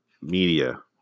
Media